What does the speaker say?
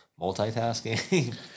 multitasking